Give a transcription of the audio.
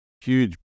huge